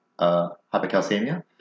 hypercalcemia